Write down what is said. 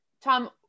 Tom